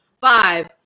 Five